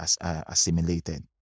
assimilated